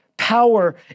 power